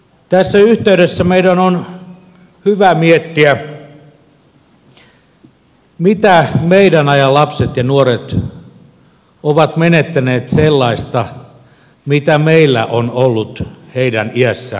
tässä yhteydessä meidän on hyvä miettiä mitä meidän aikamme lapset ja nuoret ovat menettäneet sellaista mitä meillä on ollut heidän iässään